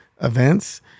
events